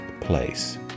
place